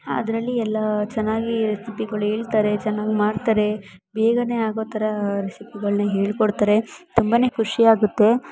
ಅದರಲ್ಲಿ ಎಲ್ಲ ಚೆನ್ನಾಗಿ ರೆಸಿಪಿಗಳ್ ಹೇಳ್ತರೆ ಚೆನ್ನಾಗಿ ಮಾಡ್ತಾರೆ ಬೇಗನೆ ಆಗೋ ಥರಾ ರೆಸಿಪಿಗಳನ್ನ ಹೇಳ್ಕೊಡ್ತಾರೆ ತುಂಬ ಖುಷಿ ಆಗುತ್ತೆ